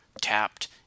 tapped